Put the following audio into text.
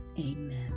Amen